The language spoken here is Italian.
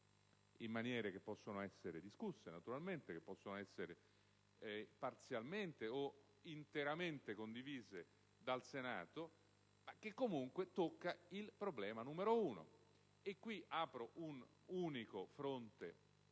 naturalmente possono essere discusse, che possono essere parzialmente o interamente condivise dal Senato, ma che comunque toccano il problema numero uno. Qui apro un unico fronte